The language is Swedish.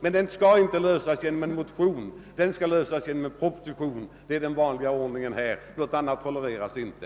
Men den skall lösas inte genom en motion utan genom en proposition. Det är den vanliga ordningen, och något annat tolereras inte.